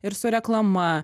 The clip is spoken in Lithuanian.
ir su reklama